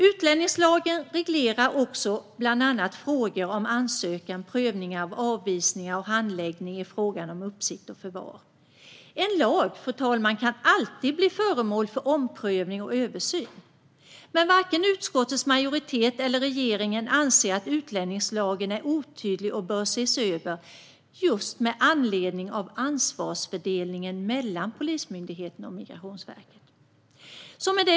Utlänningslagen reglerar bland annat frågor om ansökan, prövning av avvisning och handläggning i frågan om uppsikt och förvar. Fru talman! En lag kan alltid bli föremål för omprövning och översyn. Men varken utskottets majoritet eller regeringen anser att utlänningslagen är otydlig och bör ses över med anledning av ansvarsfördelningen mellan Polismyndigheten och Migrationsverket. Fru talman!